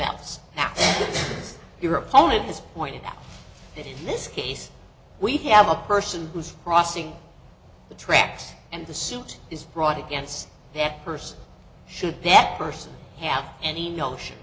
that your opponent has pointed out that in this case we have a person who is crossing the tracks and the suit is brought against that person should that person have any notion